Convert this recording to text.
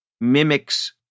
mimics